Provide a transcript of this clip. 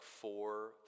four